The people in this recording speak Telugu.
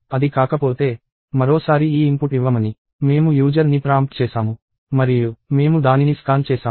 అది కాకపోతే మరోసారి ఈ ఇన్పుట్ ఇవ్వమని మేము యూజర్ ని ప్రాంప్ట్ చేసాము మరియు మేము దానిని స్కాన్ చేసాము